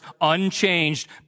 unchanged